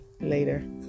later